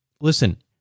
listen